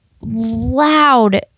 loud